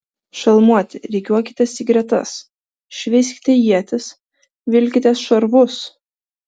šalmuoti rikiuokitės į gretas šveiskite ietis vilkitės šarvus